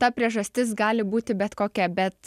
ta priežastis gali būti bet kokia bet